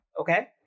Okay